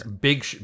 Big